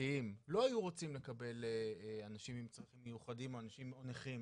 פרטיים לא היו רוצים לקבל אנשים עם צרכים מיוחדים או אנשים נכים,